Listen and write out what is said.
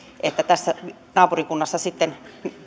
että tässä naapurikunnassa sitten